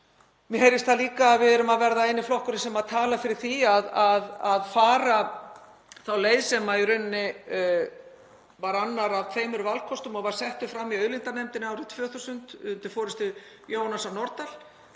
Mér heyrist líka að við séum að verða eini flokkurinn sem talar fyrir því að fara þá leið sem var í rauninni annar af tveimur valkostum sem voru settir fram í auðlindanefndinni árið 2000 undir forystu Jóhannesar Nordals,